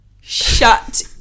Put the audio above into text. Shut